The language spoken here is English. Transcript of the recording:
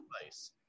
place